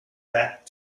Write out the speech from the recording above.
back